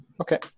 Okay